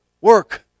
work